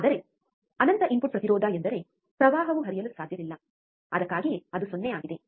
ಆದರೆ ಅನಂತ ಇನ್ಪುಟ್ ಪ್ರತಿರೋಧ ಎಂದರೆ ಪ್ರವಾಹವು ಹರಿಯಲು ಸಾಧ್ಯವಿಲ್ಲ ಅದಕ್ಕಾಗಿಯೇ ಅದು 0 ಆಗಿದೆ